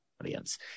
audience